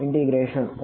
FdSCF